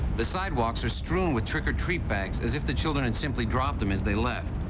the sidewalks are strewn with trick-or-treat bags as if the children had simply drped them as they left.